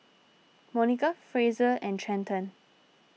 Monica Frazier and Trenton